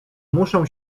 muszą